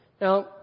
Now